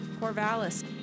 Corvallis